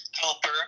helper